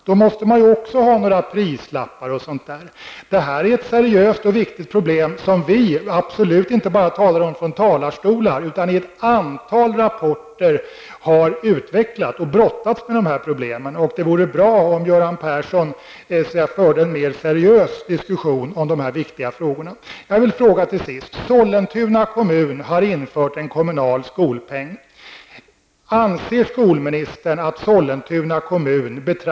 Då måste väl också ni ha prislappar eller någonting liknande? Det här är ett viktigt problem, som vi absolut inte bara talar om från talarstolar utan har brottats med och utvecklat i ett antal rapporter. Det vore bra om Göran Persson kunde föra en mera seriös diskussion om de här viktiga frågorna.